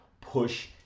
push